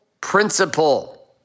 principle